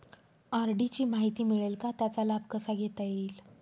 RD ची माहिती मिळेल का, त्याचा लाभ कसा घेता येईल?